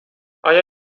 آیا